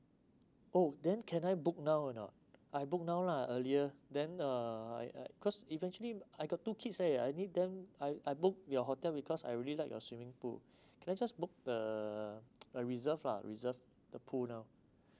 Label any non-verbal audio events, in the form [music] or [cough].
oh then can I book now or not I book now lah earlier then uh cause eventually I got two kids eh I need them I I book your hotel because I really like your swimming pool [breath] can I just book uh I reserve lah reserve the pool now